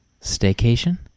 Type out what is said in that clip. Staycation